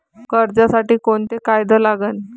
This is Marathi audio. कर्जसाठी कोंते कागद लागन?